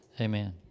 Amen